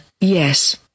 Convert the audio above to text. yes